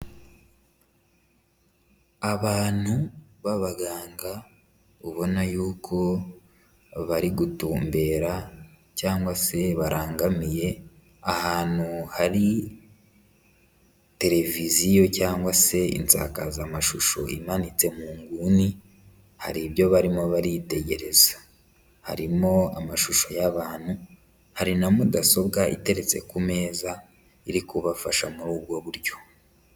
Abantu b'abaganga ubona yuko barigutumbera cyangwa se barangamiye ahantu hari televiziyo cyangwa se insakazamashusho imanitse mu nguni, hari ibyo barimo baritegereza. Harimo amashusho y'abantu. Hari na mudasobwa iteretse ku meza irikubafasha muri ubwo buryo.